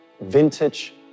vintage